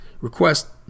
request